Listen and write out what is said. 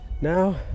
Now